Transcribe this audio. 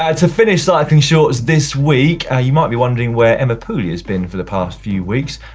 ah to finish cycling shorts this week, you might be wondering where emma pooley has been for the past few weeks,